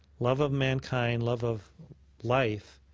love of mankind, love of life,